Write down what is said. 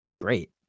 Great